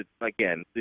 again